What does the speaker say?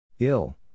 Ill